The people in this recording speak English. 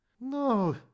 No